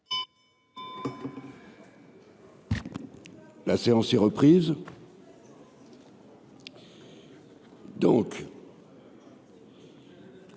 La séance est reprise.